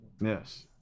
Yes